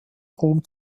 rom